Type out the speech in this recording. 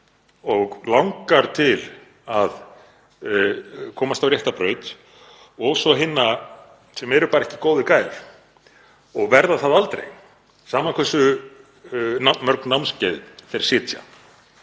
og langar til að komast á rétta braut og hinna sem eru bara ekki góðir gæjar og verða það aldrei, sama hversu mörg námskeið þeir sitja.